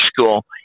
school